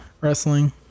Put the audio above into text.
wrestling